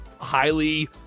highly